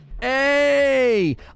Hey